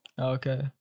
Okay